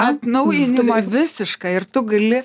atnaujinimą visišką ir tu gali